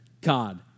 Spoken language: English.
God